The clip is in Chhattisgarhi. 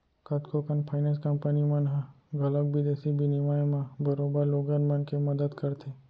कतको कन फाइनेंस कंपनी मन ह घलौक बिदेसी बिनिमय म बरोबर लोगन मन के मदत करथे